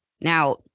Now